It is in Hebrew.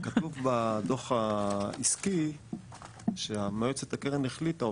כתוב בדו"ח העסקי שמועצת הקרן החליטה,